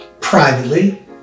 privately